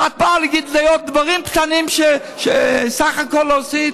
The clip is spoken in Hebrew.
ואת באה להגיד לי עוד דברים קטנים שסך הכול לא עשית?